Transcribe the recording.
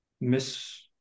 miss